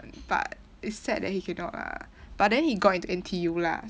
but it's sad that he did not lah but then he got into N_T_U lah